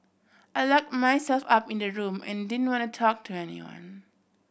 I lock myself up in the room and didn't want to talk to anyone